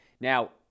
Now